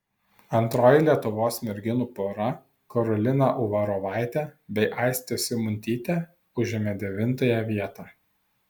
antroji lietuvos merginų pora karolina uvarovaitė bei aistė simuntytė užėmė devintąją vietą